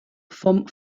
vom